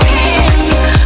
hands